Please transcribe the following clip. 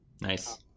Nice